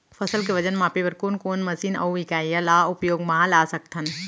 फसल के वजन मापे बर कोन कोन मशीन अऊ इकाइयां ला उपयोग मा ला सकथन?